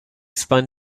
spun